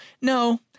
No